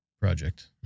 project